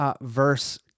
verse